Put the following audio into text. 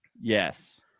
Yes